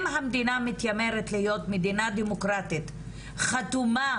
אם המדינה מתיימרת להיות מדינה דמוקרטית חתומה